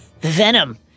Venom